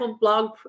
blog